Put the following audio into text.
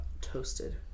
toasted